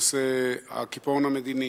בנושא הקיפאון המדיני,